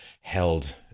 held